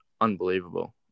unbelievable